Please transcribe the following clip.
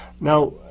Now